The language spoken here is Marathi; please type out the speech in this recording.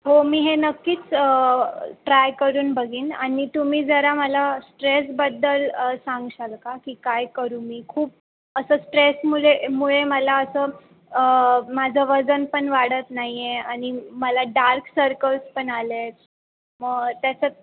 हो मी हे नक्कीच ट्राय करून बघीन आणि तुम्ही जरा मला स्ट्रेसबद्दल सांगशाल का की काय करू मी खूप असं स्ट्रेसमुले मुळे मला असं माझं वजन पण वाढत नाही आहे आणि मला डार्क सर्कल्स पण आल्या आहेत मग त्याच्यात